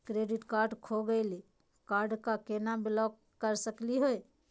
Credit card खो गैली, card क केना ब्लॉक कर सकली हे?